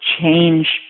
change